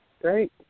Great